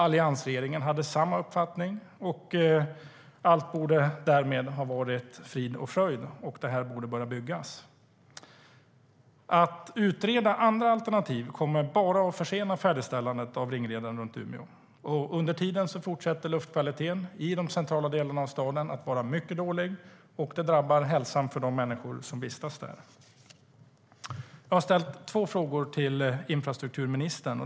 Alliansregeringen hade samma uppfattning. Allt borde därmed ha varit frid och fröjd och ringleden färdig att byggas. Att utreda andra alternativ kommer bara att försena färdigställandet av ringleden runt Umeå. Under tiden fortsätter luftkvaliteten i de centrala delarna av staden att vara mycket dålig, vilket drabbar hälsan hos de människor som vistas där. Jag ställde två frågor till infrastrukturministern.